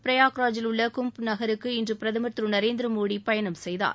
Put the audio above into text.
பிரயாக்ராஜில் உள்ள கும்ப் நகருக்கு இன்று பிரதமர் திரு நரேந்திர மோடி பயணம் செய்தார்